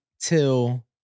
till